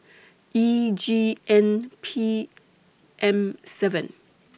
E G N P M seven